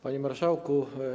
Panie Marszałku!